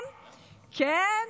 הם, כן,